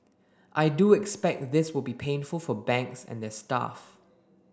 I do expect this will be painful for banks and their staff